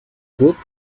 group